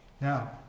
Now